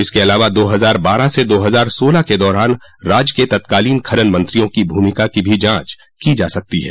इसके अलावा दो हज़ार बारह से दो हज़ार सोलह के दौरान राज्य के तत्कालीन खनन मंत्रियों की भूमिका की भी जांच की जा सकती है